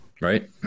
Right